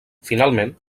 finalment